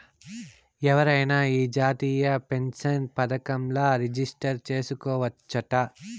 ఎవరైనా ఈ జాతీయ పెన్సన్ పదకంల రిజిస్టర్ చేసుకోవచ్చట